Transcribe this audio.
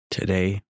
Today